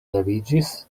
leviĝis